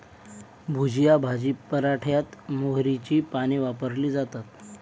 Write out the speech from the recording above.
भुजिया भाजी पराठ्यात मोहरीची पाने वापरली जातात